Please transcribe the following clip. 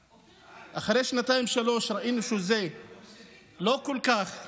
אחרי שנתיים-שלוש ראינו שזה לא כל כך מצליח,